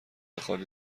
خالی